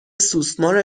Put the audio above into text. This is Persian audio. سوسمار